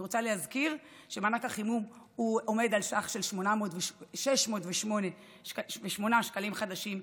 אני רוצה להזכיר שמענק החימום עומד על סך 608 שקלים חדשים,